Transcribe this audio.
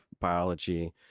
biology